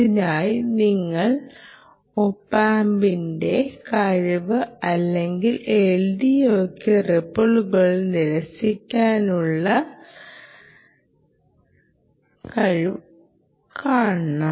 അതിനായി നിങ്ങൾ ഒപ് ആമ്പിൻറെ കഴിവ് അല്ലെങ്കിൽ LDOയ്ക്ക് റിപ്പിളുകൾ നിരസിക്കാനുള്ള കഴിവ് പരിശോധിക്കണം